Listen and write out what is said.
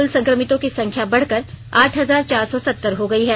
कुल संक्रमितों की संख्या बढ़कर आठ हजार चार सौ सत्तर हो गयी है